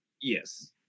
Yes